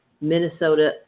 Minnesota